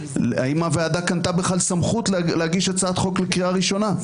האם הוועדה קנתה בכלל סמכות להגיש הצעת חוק לקריאה הראשונה?